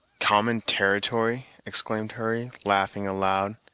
common territory exclaimed hurry, laughing aloud.